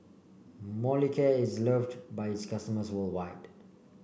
Molicare is loved by its customers worldwide